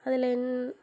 அதில் என்ன